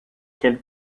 qu’elle